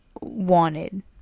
wanted